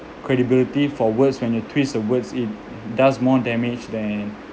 credibility for words when you twist the words it does more damage than